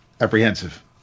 apprehensive